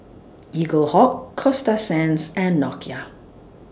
Eaglehawk Coasta Sands and Nokia